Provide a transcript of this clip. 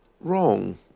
wrong